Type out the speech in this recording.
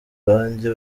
banjye